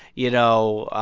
you know,